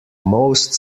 most